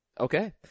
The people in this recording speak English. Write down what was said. Okay